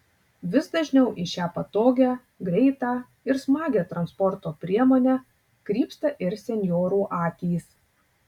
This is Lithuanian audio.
vis dažniau į šią patogią greitą ir smagią transporto priemonę krypsta ir senjorų akys